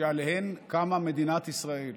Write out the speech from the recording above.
שעליהם קמה מדינת ישראל.